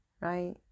right